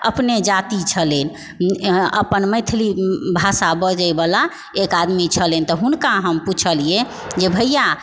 अपने जाति छलय अपन मैथिली भाषा बजयवला एक आदमी छलय तऽ हुनका हम पूछलिए जे भैआ